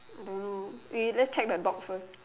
I don't know wait let's check the dog first